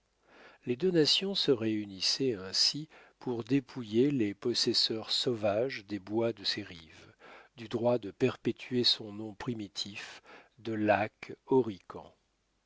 les deux nations se réunissaient ainsi pour dépouiller les possesseurs sauvages des bois de ses rives du droit de perpétuer son nom primitif de lac